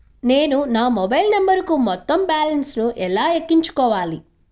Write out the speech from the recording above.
నేను నా మొబైల్ నంబరుకు మొత్తం బాలన్స్ ను ఎలా ఎక్కించుకోవాలి?